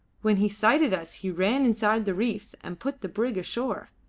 when he sighted us he ran inside the reefs and put the brig ashore.